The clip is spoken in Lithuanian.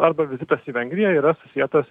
arba vizitas į vengriją yra susietas